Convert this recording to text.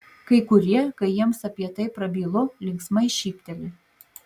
kai kurie kai jiems apie tai prabylu linksmai šypteli